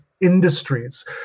industries